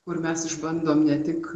kur mes išbandom ne tik